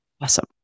Awesome